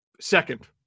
Second